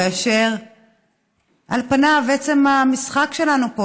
כאשר על פניו עצם המשחק שלנו פה,